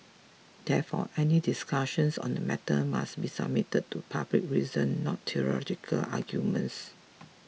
therefore any discussions on the matter must be submitted to public reason not theological arguments